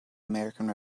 american